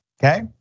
Okay